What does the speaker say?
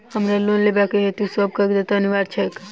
हमरा लोन लेबाक हेतु की सब कागजात अनिवार्य छैक?